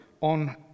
on